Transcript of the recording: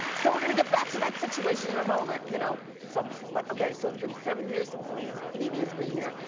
so we're gonna get back to that situation in a moment, you know but so but okay, so it's been seven years since nene nene has been here,